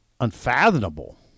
unfathomable